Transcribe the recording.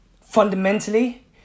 Fundamentally